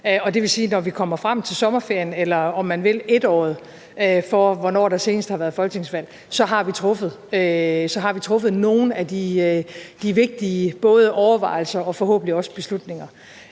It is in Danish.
Det vil sige, at når vi kommer frem til sommerferien eller – om man vil – 1-året for, hvornår der senest har været folketingsvalg, har vi gjort os nogle vigtige overvejelser og forhåbentlig også truffet